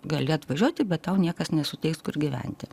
gali atvažiuoti bet tau niekas nesuteiks kur gyventi